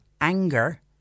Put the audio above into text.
Anger